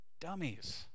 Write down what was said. dummies